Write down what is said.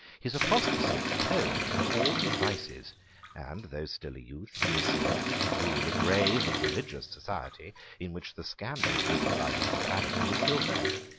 his apostasy atoned for all his vices and, though still a youth, he was selected to rule a grave and religious society in which the scandal given by his depravity was still fresh.